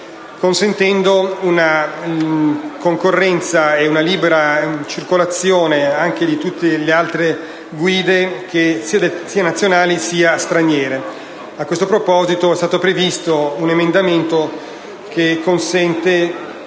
consentendo una concorrenza e una libera circolazione anche di tutte le altre guide, sia nazionali sia straniere. A questo proposito è stato predisposto un emendamento che consente